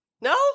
No